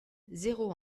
zéro